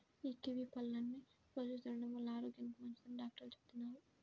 యీ కివీ పళ్ళని రోజూ తినడం వల్ల ఆరోగ్యానికి మంచిదని డాక్టర్లు చెబుతున్నారు